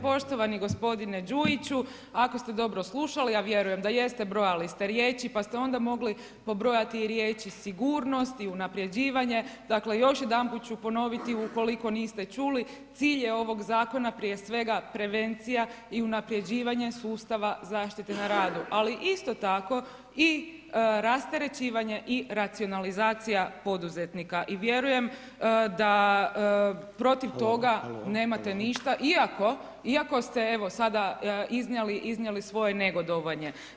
Poštovani gospodine Đujiću, ako ste dobro slušali, a vjerujem da jeste, brojali ste riječi pa ste onda mogli pobrojati i riječi sigurnost i unaprjeđivanje, dakle još jedanput ću ponoviti, ukoliko niste čuli, cilj je ovog zakona prije svega, prevencija i unaprjeđivanje sustava zaštite na radu ali isto tako i rasterećivanje i racionalizacija poduzetnika i vjerujem da protiv toga nema ništa iako ste evo sada iznijeli svoje negodovanje.